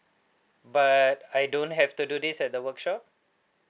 but I don't have to do this at the workshop